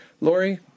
Lori